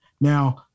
Now